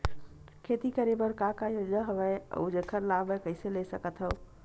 खेती करे बर का का योजना हवय अउ जेखर लाभ मैं कइसे ले सकत हव?